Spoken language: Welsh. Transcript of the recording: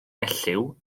elliw